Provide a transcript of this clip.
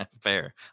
Fair